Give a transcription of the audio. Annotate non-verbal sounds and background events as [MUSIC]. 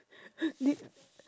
[NOISE] nee~